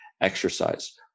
exercise